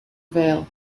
veil